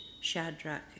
Shadrach